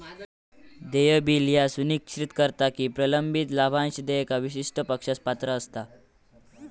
देय बिल ह्या सुनिश्चित करता की प्रलंबित लाभांश देयका विशिष्ट पक्षास पात्र असता